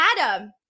Adam